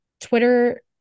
Twitter